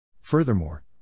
Furthermore